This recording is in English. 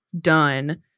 done